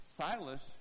Silas